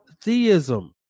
theism